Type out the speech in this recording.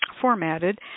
formatted